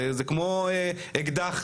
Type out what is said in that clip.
זה כמו אקדח,